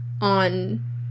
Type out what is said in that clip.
on